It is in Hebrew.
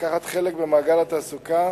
לקחת חלק במעגל התעסוקה,